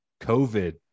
covid